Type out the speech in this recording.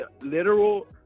literal